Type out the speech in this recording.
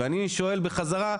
ואני שואל בחזרה,